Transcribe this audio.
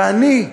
ואני,